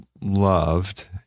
loved